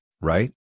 right